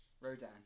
Rodan